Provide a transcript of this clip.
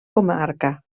comarca